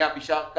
המשפטית.